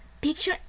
picture